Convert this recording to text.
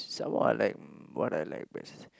some more I like what I like best